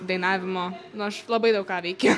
dainavimu nu aš labai daug ką veikiu